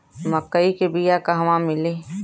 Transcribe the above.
मक्कई के बिया क़हवा मिली?